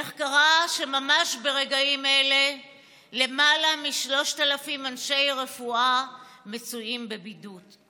איך קרה שממש ברגעים אלה למעלה מ-3,000 אנשי רפואה מצויים בבידוד?